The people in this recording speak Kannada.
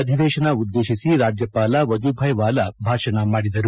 ಅಧಿವೇಶನ ಉದ್ದೇಶಿಸಿ ರಾಜ್ಯಪಾಲ ವಜುಭಾಯ್ ವಾಲಾ ಭಾಷಣ ಮಾಡಿದರು